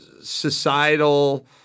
societal